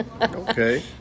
okay